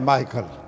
Michael